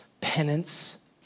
penance